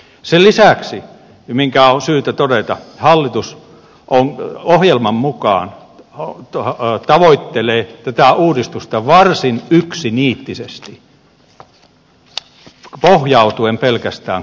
sen lisäksi mikä on syytä todeta hallitus ohjelman mukaan tavoittelee tätä uudistusta varsin yksiniittisesti pohjautuen pelkästään kuntarakenneuudistukseen